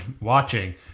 watching